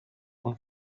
und